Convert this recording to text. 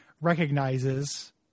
recognizes